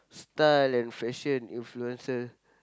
style and fashion influencer